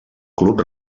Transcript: club